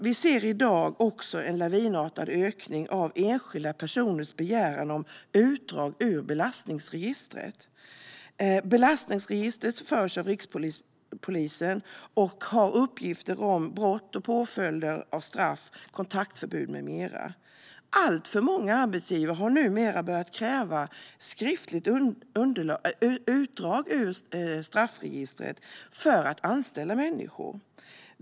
Vi ser i dag en lavinartad ökning av enskilda personer som begär utdrag ur belastningsregistret. Detta register förs av Polismyndigheten och innehåller uppgifter om brott, påföljder i form av straff, kontaktförbud med mera. Alltför många arbetsgivare har börjat kräva ett skriftligt utdrag ur straffregistret för att anställa människor.